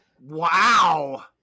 Wow